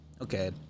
okay